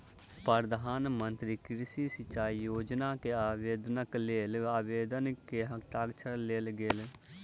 प्रधान मंत्री कृषि सिचाई योजना मे आवेदनक लेल आवेदक के हस्ताक्षर लेल गेल